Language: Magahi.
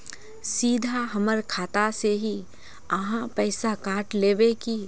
सीधा हमर खाता से ही आहाँ पैसा काट लेबे की?